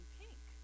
pink